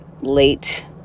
late